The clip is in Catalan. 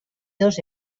dos